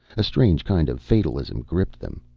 a strange kind of fatalism gripped them.